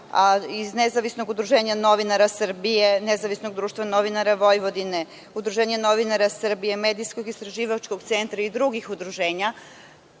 iz Nezavisnog udruženja novinara Srbije, Nezavisnog društva novinara Vojvodine, Udruženja novinara Srbije, Medijskog istraživačkog centra i drugih udruženja,